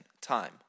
time